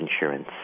insurance